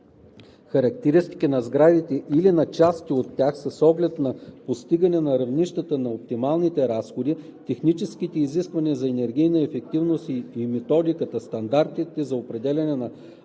характеристики на сградите или на части от тях с оглед на постигане на равнищата на оптималните разходи, техническите изисквания за енергийна ефективност и методиката/стандартите за определяне на